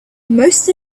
most